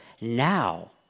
now